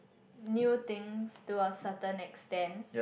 new things to a certain extend